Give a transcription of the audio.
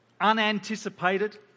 unanticipated